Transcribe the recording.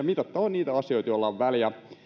mitattava niitä asioita joilla on väliä